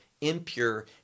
impure